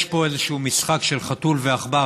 יש פה איזשהו משחק של חתול ועכבר,